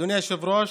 אדוני היושב-ראש,